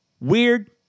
weird